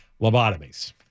lobotomies